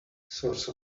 source